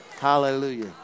Hallelujah